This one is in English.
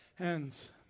Hands